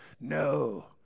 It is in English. no